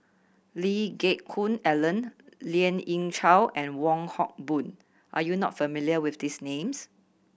Lee Geck Hoon Ellen Lien Ying Chow and Wong Hock Boon are you not familiar with these names